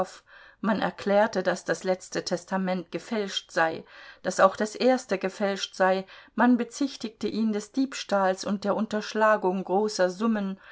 man erklärte daß das letzte testament gefälscht sei daß auch das erste gefälscht sei man bezichtigte ihn des diebstahls und der unterschlagung großer summen